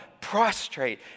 prostrate